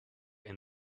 and